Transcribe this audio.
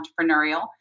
entrepreneurial